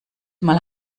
mal